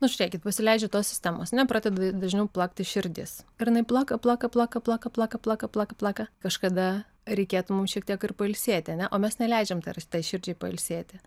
nu žiūrėkit pasileidžia tos sistemos nepradeda dažniau plakti širdis ir jinai plaka plaka plaka plaka plaka plaka plaka plaka kažkada reikėtų mums šiek tiek ir pailsėti ar ne o mes neleidžiam tai širdžiai pailsėti